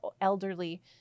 elderly